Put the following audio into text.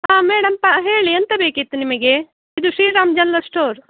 ಹಾಂ ಮೇಡಂ ಹಾಂ ಹೇಳಿ ಎಂತ ಬೇಕಿತ್ತು ನಿಮಗೆ ಇದು ಶ್ರೀರಾಮ್ ಜನರಲ್ ಶ್ಟೋರ್